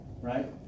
right